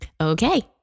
Okay